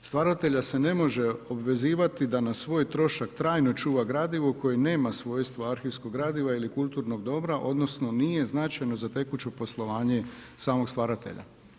Stvaratelja se ne može obvezivati da na svoj trošak trajno čuva gradivo koje nema svojstvo arhivskog gradiva ili kulturnog dobra, odnosno nije značajno za tekuće poslovanje samog stvaratelja.